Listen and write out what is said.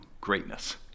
greatness